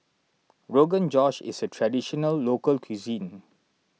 Rogan Josh is a Traditional Local Cuisine